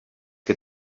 que